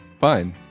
fine